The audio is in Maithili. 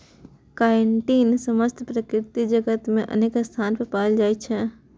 काइटिन समस्त प्रकृति जगत मे अनेक स्थान पर पाएल जाइ छै